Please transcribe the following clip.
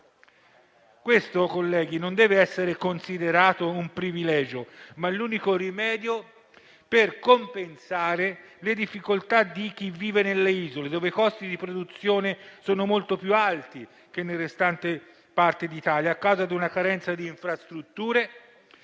Questo, colleghi, non deve essere considerato un privilegio, ma l'unico rimedio per compensare le difficoltà di chi vive nelle isole, dove i costi di produzione sono molto più alti che nelle restanti parti d'Italia, a causa di una carenza di infrastrutture